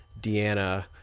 deanna